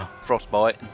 frostbite